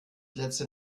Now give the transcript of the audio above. letzte